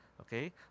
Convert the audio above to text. Okay